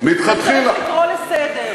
מתי אתה מגיע למגילת העצמאות?